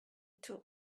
took